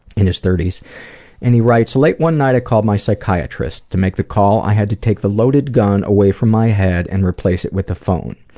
in his thirty s and he writes. late one night i called my psychiatrist. to make the call i had to take the loaded gun away from my head and replace it with the phone.